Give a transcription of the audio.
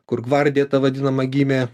kur gvardija ta vadinama gimė